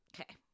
Okay